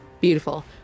Beautiful